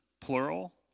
plural